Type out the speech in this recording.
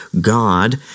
God